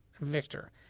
Victor